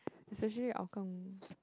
especially hougang